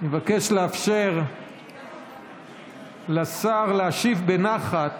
אני מבקש לאפשר לשר להשיב בנחת